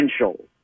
potential